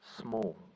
small